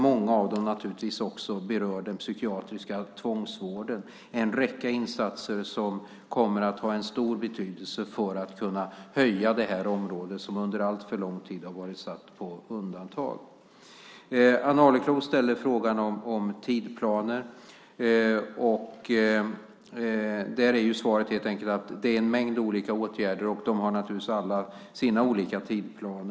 Många av dem berör naturligtvis också den psykiatriska tvångsvården. Det är en räcka insatser som kommer att ha en stor betydelse för att kunna höja det här området, som under alltför lång tid har varit satt på undantag. Ann Arleklo ställer frågan om tidsplaner. Där är svaret helt enkelt att det är en mängd olika åtgärder, och de har naturligtvis alla sina olika tidsplaner.